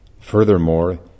Furthermore